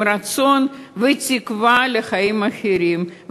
עם רצון ותקווה לחיים אחרים,